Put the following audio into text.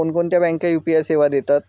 कोणकोणत्या बँका यू.पी.आय सेवा देतात?